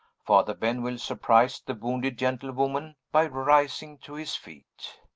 father benwell surprised the wounded gentlewoman by rising to his feet.